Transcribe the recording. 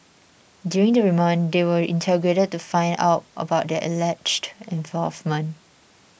during the remand they will interrogated to find out about their alleged involvement